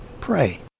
Pray